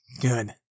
Good